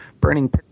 burning